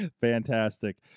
Fantastic